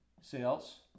sales